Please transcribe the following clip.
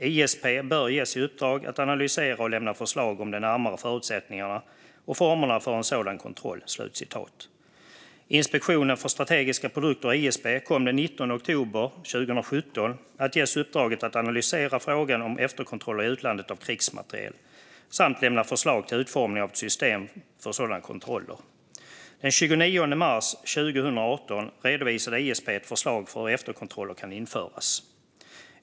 ISP bör ges i uppdrag att analysera och lämna förslag om de närmare förutsättningarna och formerna för en sådan kontroll. Inspektionen för strategiska produkter, ISP, kom den 19 oktober 2017 att ges uppdraget att analysera frågan om efterkontroll i utlandet av krigsmateriel samt lämna förslag till utformning av ett system för sådana kontroller. Den 29 mars 2018 redovisade ISP ett förslag för hur efterkontroller skulle kunna införas.